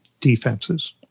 defenses